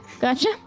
Gotcha